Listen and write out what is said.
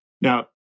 now